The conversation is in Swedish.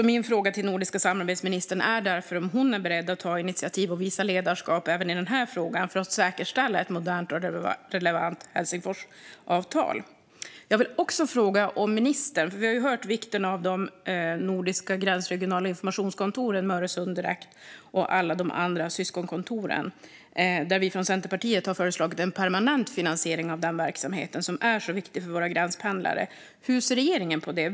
Min fråga till den nordiska samarbetsministern är därför om hon är beredd att ta initiativ och visa ledarskap även i den här frågan för att säkerställa ett modernt och relevant Helsingforsavtal. Jag har ytterligare en fråga till ministern. Vi har nu hört om vikten av de nordiska gränsregionala informationskontoren med Øresunddirekt och alla de andra syskonkontoren. Vi från Centerpartiet har föreslagit en permanent finansiering av den verksamheten, som är så viktig för våra gränspendlare. Hur ser regeringen på det?